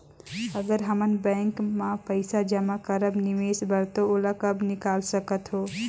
अगर हमन बैंक म पइसा जमा करब निवेश बर तो ओला कब निकाल सकत हो?